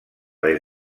des